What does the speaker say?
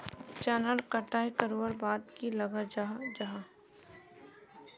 चनार कटाई करवार बाद की लगा जाहा जाहा?